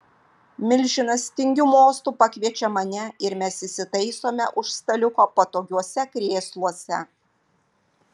milžinas tingiu mostu pakviečia mane ir mes įsitaisome už staliuko patogiuose krėsluose